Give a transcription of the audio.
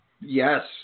Yes